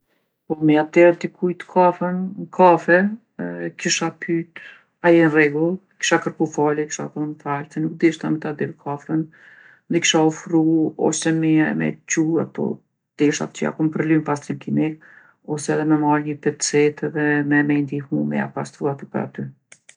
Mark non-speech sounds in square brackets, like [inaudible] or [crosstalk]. Po me ja derdhë dikujt kafën n'kafe e kisha pyt a je n'rregull, i kisha kërku falje, i kisha thon m'fal se nuk deshta me ta derdhë kafën. [unintelligible] kisha ofru ose me ja- me çu ato tesha që ja kom përly n'pastrim kimik ose edhe me marrë një pecetë edhe me- me i ndihmu me ja pastru aty për aty.